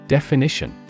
Definition